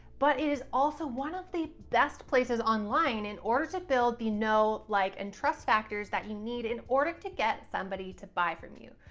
but it is also one of the best places online in order to build the know, like and trust factors that you need in order to get somebody to buy from you.